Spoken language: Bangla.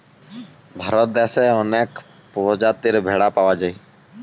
ভারত দ্যাশে অলেক পজাতির ভেড়া পাউয়া যায়